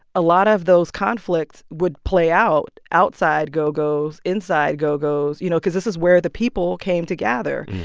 a lot of those conflicts would play out outside go-gos, inside go-gos, you know, because this is where the people came to gather.